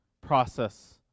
process